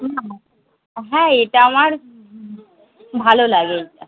হুম হুম হ্যাঁ এটা আমার ভালো লাগে এটা